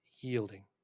yielding